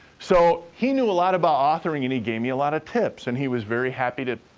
so, he knew a lot about authoring, and he gave me a lot of tips, and he was very happy to